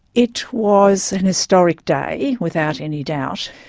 it was an historic day without any doubt.